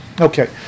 Okay